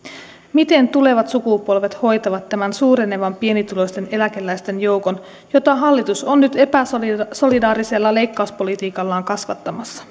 miten tulevat sukupolvet hoitavat tämän suurenevan pienituloisten eläkeläisten joukon jota hallitus on nyt epäsolidaarisella leikkauspolitiikallaan kasvattamassa